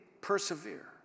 persevere